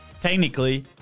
technically